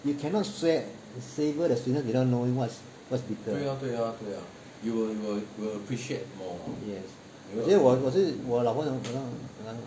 you cannot sweat savour the sweetness without knowing what's what's bitter yes 所以我是我老婆讲说